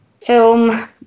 film